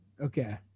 Okay